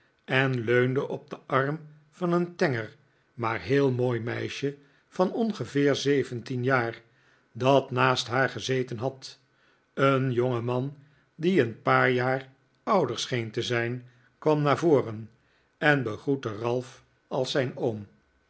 en leunde op den arm van een tenger maar heel mooi meisje van ongeveer zeventien jaar dat naast haar gezeten had een jongeman die een paar jaar ouder scheen te zijn kwam naar voren en begroette ralph als zijn oom